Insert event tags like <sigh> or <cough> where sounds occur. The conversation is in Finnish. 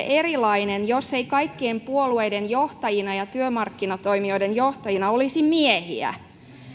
<unintelligible> erilainen jos ei kaikkien puolueiden johtajina ja työmarkkinatoimijoiden johtajina olisi miehiä